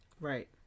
Right